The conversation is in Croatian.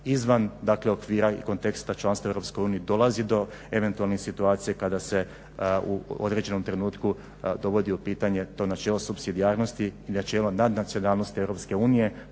izvan okvira i konteksta i članstva u EU dolazi do eventualnih situacija kada se u određenom trenutku dovodi u pitanje to načelo supsidijarnosti i načelo nadnacionalnosti EU.